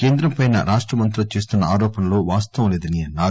కేంద్రంపై రాష్ట మంత్రులు చేస్తున్న ఆరోపణల్లో వాస్తవం లేదన్నారు